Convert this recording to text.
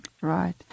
Right